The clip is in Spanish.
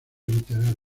literarias